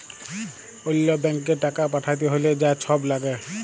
অল্য ব্যাংকে টাকা পাঠ্যাতে হ্যলে যা ছব ল্যাগে